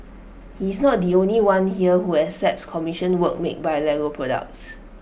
he is not the only one here who accepts commissioned work made by Lego products